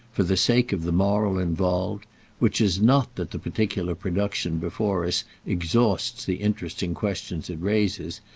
for the sake of the moral involved which is not that the particular production before us exhausts the interesting questions it raises,